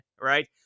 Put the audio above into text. right